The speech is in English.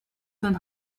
than